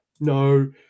No